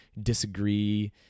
disagree